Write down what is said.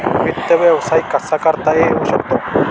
वित्त व्यवसाय कसा करता येऊ शकतो?